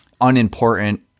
unimportant